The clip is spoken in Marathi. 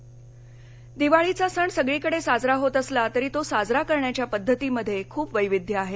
वाघबारस दिवाळीचा सण सगळीकडे साजरा होत असला तरी तो साजरा करण्याच्या पद्धतीमध्ये खूप वैविध्य आहे